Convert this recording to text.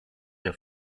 der